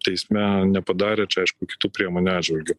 teisme nepadarė čia aišku kitų priemonių atžvilgiu